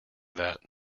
that